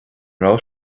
raibh